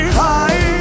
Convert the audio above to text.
high